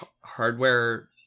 hardware